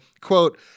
quote